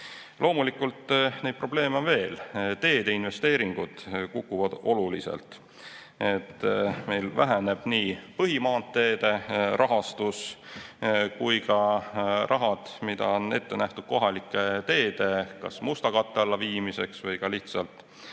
Loomulikult probleeme on veel. Teedeinvesteeringud kukuvad olulisel määral. Meil väheneb nii põhimaanteede rahastus kui ka raha, mis on ette nähtud kohalike teede musta katte alla viimiseks või lihtsalt